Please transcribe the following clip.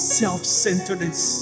self-centeredness